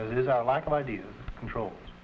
as it is our lack of ideas controls